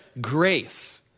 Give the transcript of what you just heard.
grace